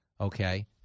Okay